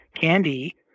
candy